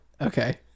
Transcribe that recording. Okay